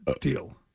deal